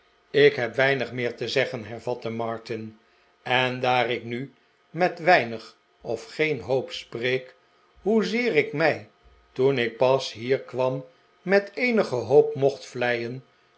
ik heb weinig meer te zeggen hervatte martin en daar ik nu met weinig of geen hoop spreek hoezeer ik mij toen ik pas hier kwam met eenige hoop mocht vleien